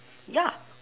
ya